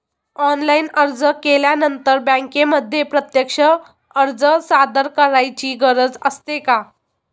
Online अर्ज केल्यानंतर बँकेमध्ये प्रत्यक्ष अर्ज सादर करायची गरज असते का?